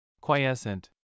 Quiescent